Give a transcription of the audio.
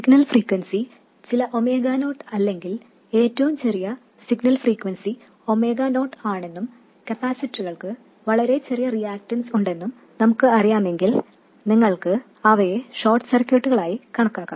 signal frequency ചില omega naught അല്ലെങ്കിൽ ഏറ്റവും ചെറിയ സിഗ്നൽ ഫ്രീക്വൻസി ഒമേഗ നോട്ട് ആണെന്നും കപ്പാസിറ്ററുകൾക്ക് വളരെ ചെറിയ റിയാക്റ്റൻസ് ഉണ്ടെന്നും നമുക്ക് അറിയാമെങ്കിൽ നിങ്ങൾക്ക് അവയെ ഷോർട്ട് സർക്യൂട്ടുകളായി കണക്കാക്കാം